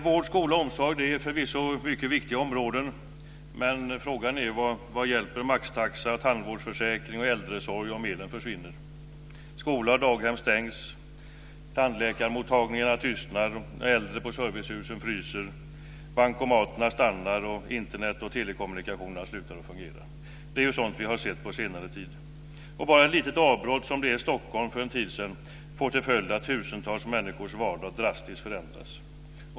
Vård, skola och omsorg är förvisso mycket viktiga områden, men frågan är vad det hjälper med maxtaxa, tandvårdsförsäkring och äldreomsorg om elen försvinner. Skolor och daghem stängs, tandläkarmottagningarna tystnar, de äldre på servicehusen fryser, bankomaterna stannar, Internet och telekommunikationerna slutar att fungera. Det är sådant vi har sett på senare tid. Bara ett litet avbrott som det i Stockholm för en tid sedan får till följd att tusentals människors vardag drastiskt förändras.